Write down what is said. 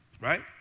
right